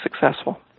successful